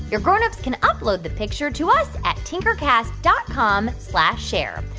your grown-ups can upload the picture to us at tinkercast dot com slash share.